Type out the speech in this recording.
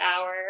hour